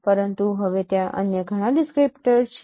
પરંતુ હવે ત્યાં અન્ય ઘણા ડિસ્ક્રીપ્ટર છે